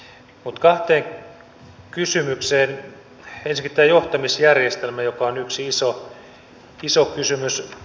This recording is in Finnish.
ensinnäkin tämä johtamisjärjestelmä joka on yksi iso kysymys